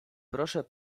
proszę